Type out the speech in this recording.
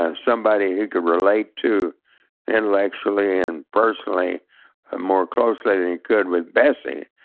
um somebody he could relate to intellectually and personally ah more closely than he could with bessy.